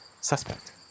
suspect